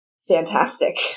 fantastic